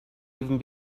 even